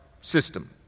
system